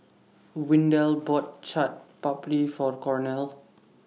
Windell bought Chaat Papri For Cornel